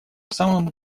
самым